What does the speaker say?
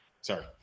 Sorry